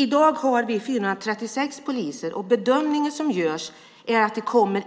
I dag har vi 436 poliser, och bedömningen är att man inte kommer